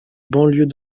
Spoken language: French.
banlieues